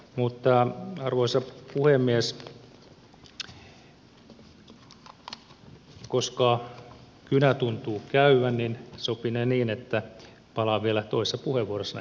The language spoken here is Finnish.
mutta arvoisa puhemies koska kynä tuntuu käyvän niin sopinee niin että palaan vielä toisessa puheenvuorossa näihin kriteereihin